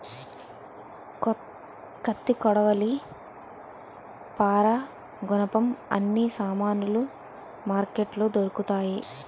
కత్తి కొడవలి పారా గునపం అన్ని సామానులు మార్కెట్లో దొరుకుతాయి